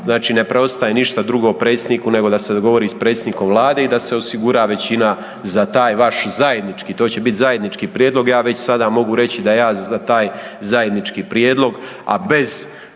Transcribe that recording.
znači ne preostaje ništa drugo Predsjedniku nego sa se dogovori s predsjednikom Vlade i da se osigura većina za taj vaš zajednički, to će biti zajednički prijedlog. Ja već sada mogu reći da ja za taj zajednički prijedlog a bez